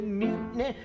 mutiny